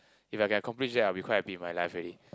if I can accomplish that I'll be quite happy with my life already